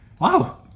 Wow